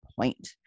point